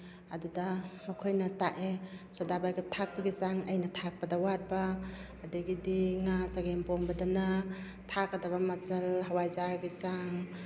ꯑꯗꯨꯗ ꯃꯈꯣꯏ ꯇꯥꯛꯑꯦ ꯁꯣꯗꯥꯕꯥꯏꯒꯞ ꯊꯥꯛꯄꯒꯤ ꯆꯥꯡ ꯑꯩꯅ ꯊꯛꯄꯗ ꯋꯥꯠꯄ ꯑꯗꯒꯤꯗꯤ ꯉꯥ ꯆꯒꯦꯝꯄꯣꯝꯕꯗꯅ ꯊꯥꯛꯀꯗꯕ ꯃꯆꯜ ꯍꯋꯥꯏꯖꯥꯔꯒꯤ ꯆꯥꯡ